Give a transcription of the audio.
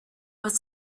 was